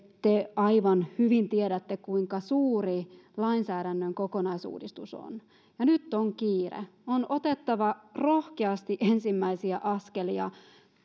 aivan hyvin tiedätte kuinka suuri lainsäädännön kokonaisuudistus on ja nyt on kiire on otettava rohkeasti ensimmäisiä askelia